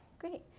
Great